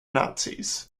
nazis